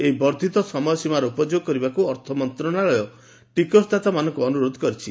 ଏହି ବର୍ବ୍ବିତ ସମୟସୀମାର ଉପଯୋଗ କରିବାକୁ ଅର୍ଥମନ୍ତଶାଳୟ ଟିକସଦାତାମାନଙ୍କୁ ଅନୁରୋଧ କରିଛି